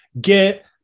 Get